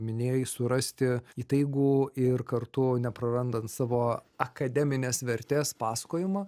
minėjai surasti įtaigų ir kartu neprarandant savo akademinės vertės pasakojimą